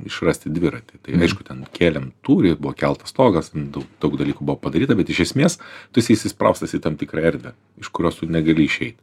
išrasti dviratį aišku ten kėlėm tūrį buvo keltas stogas daug daug dalykų buvo padaryta bet iš esmės tu esi įsispraustas į tam tikrą erdvę iš kurios tu negali išeit